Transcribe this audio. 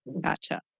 Gotcha